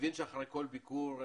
מבין שאחרי כל ביקור,